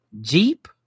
Jeep